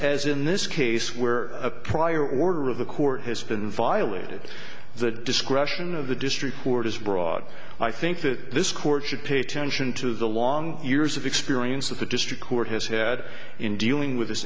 as in this case where a prior order of the court has been violated the discretion of the district court is broad i think that this court should pay attention to the long years of experience with the district court has had in dealing with his